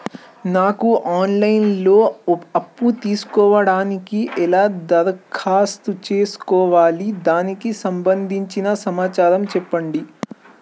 నాకు online లో అప్పు తీసుకోవడానికి ఎలా దరఖాస్తు చేసుకోవాలి దానికి సంబంధించిన సమాచారం చెప్పండి?